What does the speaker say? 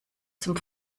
zum